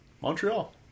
Montreal